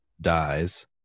dies